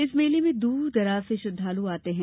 इस मेले में दूर दराज से श्रद्वाल आते है